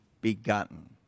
begotten